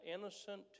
innocent